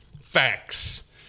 facts